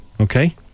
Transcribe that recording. okay